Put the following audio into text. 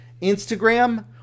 Instagram